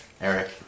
Eric